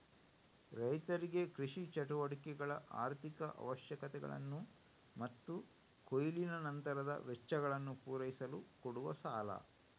ರೈತರಿಗೆ ಕೃಷಿ ಚಟುವಟಿಕೆಗಳ ಆರ್ಥಿಕ ಅವಶ್ಯಕತೆಗಳನ್ನ ಮತ್ತು ಕೊಯ್ಲಿನ ನಂತರದ ವೆಚ್ಚಗಳನ್ನ ಪೂರೈಸಲು ಕೊಡುವ ಸಾಲ